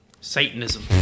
Satanism